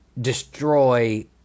destroy